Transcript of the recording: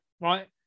right